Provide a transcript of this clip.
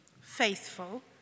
faithful